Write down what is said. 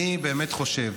אני באמת חושב